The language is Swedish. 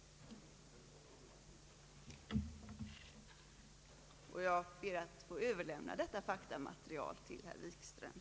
Jag ber att få överlämna denna pärm med detta faktamaterial till herr Wikström.